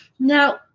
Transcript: Now